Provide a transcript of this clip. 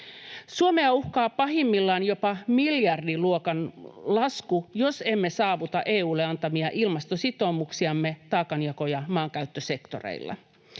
Suomea uhkaa pahimmillaan jopa miljardiluokan lasku, jos emme saavuta EU:lle antamia ilmastositoumuksiamme taakanjako- ja maankäyttösektoreilla.